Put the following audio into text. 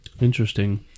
Interesting